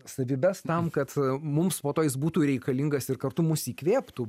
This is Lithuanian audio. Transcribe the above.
savybes tam kad mums po to jis būtų reikalingas ir kartu mus įkvėptų